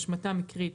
השמטה מקרית,